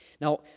Now